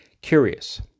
Curious